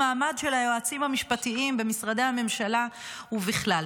המעמד של היועצים המשפטיים במשרדי הממשלה ובכלל.